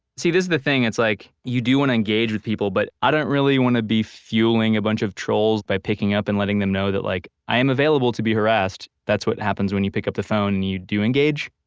see this is the thing it's like. you do want to engage with people but i don't really want to be fueling a bunch of trolls by picking up and letting them know that like, i am available to be harassed. that's what happens when you pick up the phone and you do engage